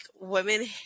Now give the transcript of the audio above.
women